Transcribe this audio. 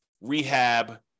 rehab